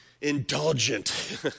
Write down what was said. Indulgent